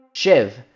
Shiv